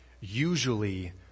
usually